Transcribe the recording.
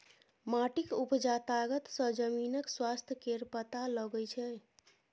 माटिक उपजा तागत सँ जमीनक स्वास्थ्य केर पता लगै छै